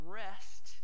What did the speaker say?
rest